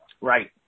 Right